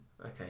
okay